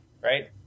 right